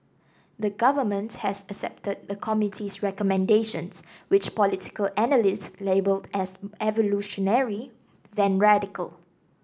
the Government has accepted the committee's recommendations which political analysts labelled as evolutionary than radical